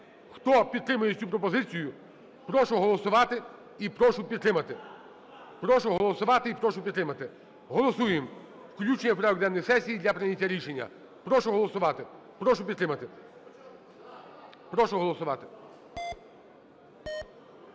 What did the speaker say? Хто підтримує цю пропозицію, прошу голосувати і прошу підтримати. Прошу голосувати і прошу підтримати. Голосуємо включення в порядок денний сесії для прийняття рішення. Прошу голосувати. Прошу підтримати. Прошу голосувати!